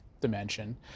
dimension